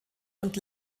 und